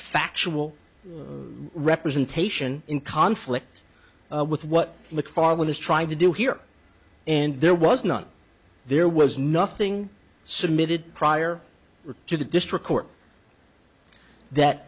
factual representation in conflict with what look far one is trying to do here and there was none there was nothing submitted prior to the district court that